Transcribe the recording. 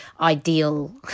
ideal